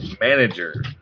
manager